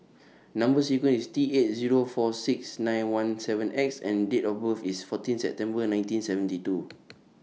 Number sequence IS T eight Zero four six nine one seven X and Date of birth IS fourteen September nineteen seventy two